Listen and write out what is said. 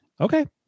okay